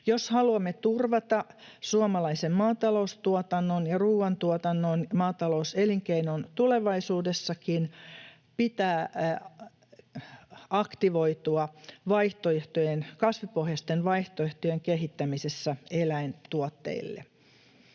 Jos haluamme turvata suomalaisen maataloustuotannon ja ruuantuotannon, maatalouselinkeinon tulevaisuudessakin, pitää aktivoitua vaihtoehtojen, kasvipohjaisten vaihtoehtojen, kehittämisessä eläintuotteille.